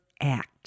Act